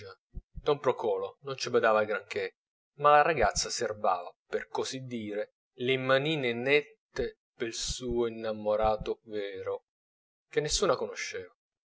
don procolo non ci badava gran che ma la ragazza serbava per così dire le manine nette pel suo innamorato vero che nessuno conosceva